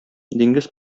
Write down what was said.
диңгез